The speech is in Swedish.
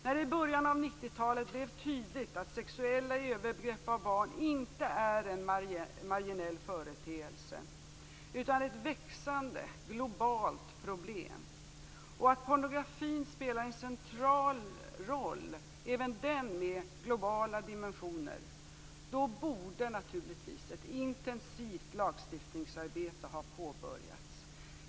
När det i början av 90 talet blev tydligt att sexuella övergrepp mot barn inte är en marginell företeelse utan ett växande globalt problem och att pornografin spelar en central roll, även den med globala dimensioner, borde naturligtvis ett intensivt lagstiftningsarbete ha påbörjats.